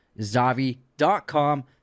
Zavi.com